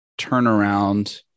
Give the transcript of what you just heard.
turnaround